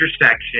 Intersection